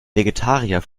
vegetarier